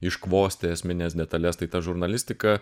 iškvosti esmines detales tai ta žurnalistika